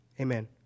Amen